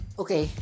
okay